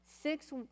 six